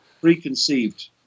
preconceived